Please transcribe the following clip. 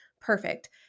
perfect